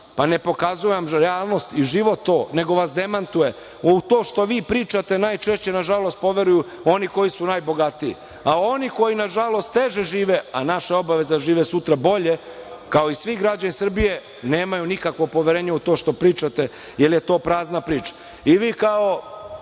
Pa ne pokazuje vam realnost i život to, nego vas demantuje. U to što vi pričate najčešće, nažalost, poveruju oni koji su najbogatiji, a oni koji, nažalost, teže žive, a naša obaveza je da žive sutra bolje, kao i svi građani Srbije, nemaju nikakvo poverenje u to što pričate, jer je to prazna priča.I vi, kao